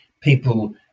people